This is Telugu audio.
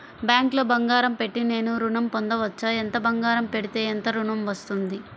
బ్యాంక్లో బంగారం పెట్టి నేను ఋణం పొందవచ్చా? ఎంత బంగారం పెడితే ఎంత ఋణం వస్తుంది?